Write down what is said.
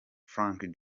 frankie